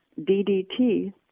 DDT